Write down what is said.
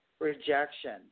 Rejection